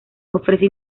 ofrece